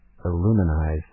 Illuminized